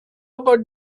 about